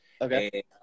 Okay